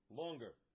longer